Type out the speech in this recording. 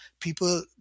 people